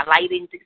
lighting